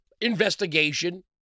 investigation